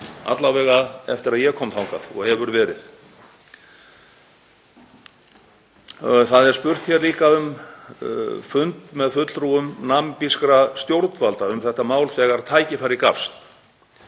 alla vega eftir að ég kom þangað, og hefur verið. Það er líka spurt hér um fund með fulltrúum namibískra stjórnvalda um þetta mál þegar tækifæri gefst.